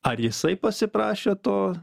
ar jisai pasiprašė to